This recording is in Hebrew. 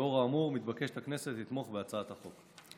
לאור האמור מתבקשת הכנסת לתמוך בהצעת החוק.